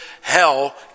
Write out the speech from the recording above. hell